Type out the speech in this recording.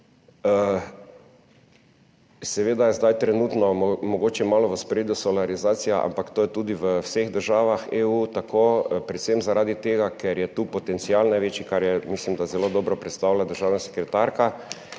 da je seveda trenutno mogoče malo v ospredju solarizacija, ampak to je tudi v vseh državah EU tako, predvsem zaradi tega, ker je tu potencial največji, kar je, mislim, da zelo dobro predstavila državna sekretarka.